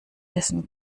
essen